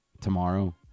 tomorrow